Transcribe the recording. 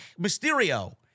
Mysterio